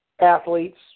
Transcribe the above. athletes